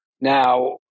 Now